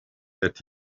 that